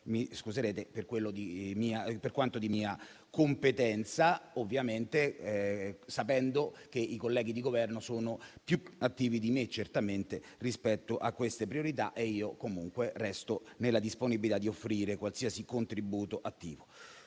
mi scuserete - per quanto di mia competenza, ovviamente sapendo che i colleghi di Governo sono più attivi di me, certamente, rispetto a queste priorità e io comunque resto nella disponibilità di offrire qualsiasi contributo attivo.